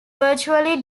virtually